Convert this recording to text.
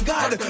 God